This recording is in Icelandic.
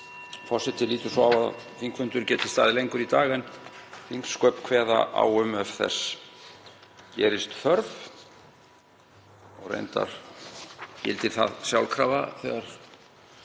Forseti lítur svo á að þingfundur geti staðið lengur í dag en þingsköp kveða á um, ef þess gerist þörf. Gildir það sjálfkrafa þegar